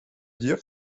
dire